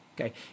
Okay